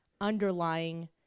underlying